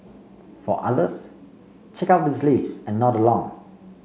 for others check out this list and nod along